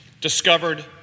discovered